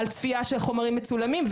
על צפייה של חומרים מצולמים,